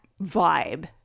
vibe